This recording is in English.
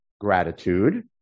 gratitude